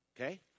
Okay